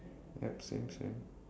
yup same same